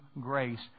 grace